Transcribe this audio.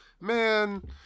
man